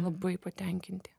labai patenkinti